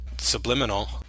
subliminal